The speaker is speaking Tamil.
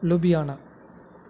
லுபியானா